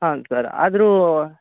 ಹಾಂ ಸರ್ ಆದರೂ